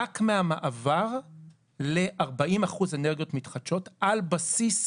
רק מהמעבר ל-40 אחוזים אנרגיות מתחדשות על בסיס